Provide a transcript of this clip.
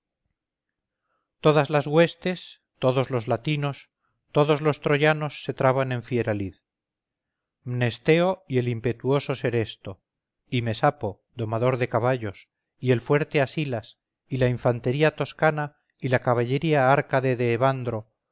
todas las huestes todos los latinos todos los troyanos se traban en fiera lid mnesteo y el impetuoso seresto y mesapo domador de caballos y el fuerte asilas y la infantería toscana y la caballería árcade de evandro